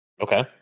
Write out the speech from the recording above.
Okay